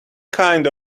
kind